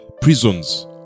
prisons